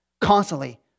constantly